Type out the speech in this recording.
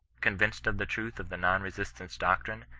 convinced of the truth of the non resistance doctrine,